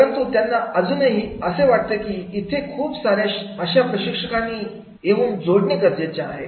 परंतु त्यांना अजूनही असे वाटते की इथे खूप साऱ्या अशा प्रशिक्षकांनी येऊन जोडणे गरजेचे आहे